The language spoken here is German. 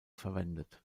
verwendet